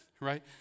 Right